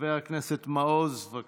חבר הכנסת מעוז, בבקשה.